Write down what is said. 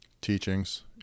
teachings